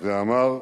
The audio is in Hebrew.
ואמר,